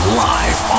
live